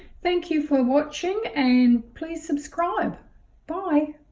thank you for watching and please subscribe bye!